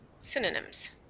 Synonyms